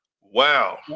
Wow